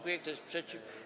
Kto jest przeciw?